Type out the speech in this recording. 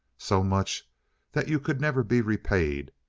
so much that you could never be repaid,